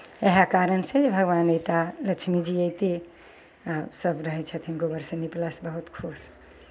उएह कारण छै जे भगवान अयता लक्ष्मीजी अयती सभ रहैत छथिन गोबरसँ निपलासँ बहुत खुश